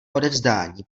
odevzdání